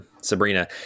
Sabrina